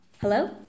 Hello